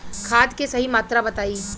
खाद के सही मात्रा बताई?